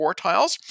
quartiles